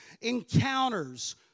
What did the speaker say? encounters